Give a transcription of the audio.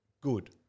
Good